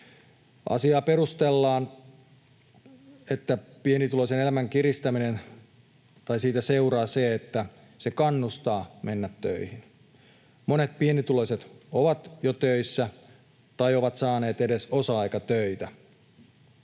Asiaa perustellaan sillä, että pienituloisen elämän kiristämisestä seuraa se, että se kannustaa menemään töihin. Monet pienituloiset ovat jo töissä tai ovat saaneet edes osa-aikatöitä